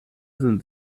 sind